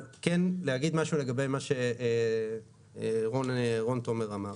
אבל כן להגיד משהו לגבי מה שרון תומר אמר.